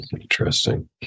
Interesting